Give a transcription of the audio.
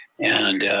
and